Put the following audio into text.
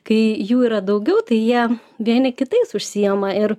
kai jų yra daugiau tai jie vieni kitais užsiima ir